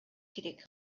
керек